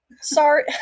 Sorry